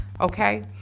Okay